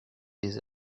des